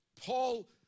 Paul